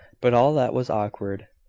but all that was awkward.